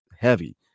Heavy